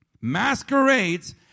masquerades